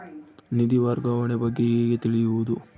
ನಿಧಿ ವರ್ಗಾವಣೆ ಬಗ್ಗೆ ಹೇಗೆ ತಿಳಿಯುವುದು?